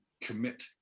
commit